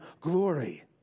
glory